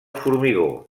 formigó